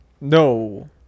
No